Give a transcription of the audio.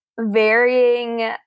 varying